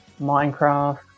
Minecraft